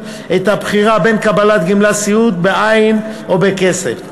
את הבחירה בין קבלת גמלת סיעוד בעין או בכסף.